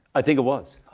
i think it was.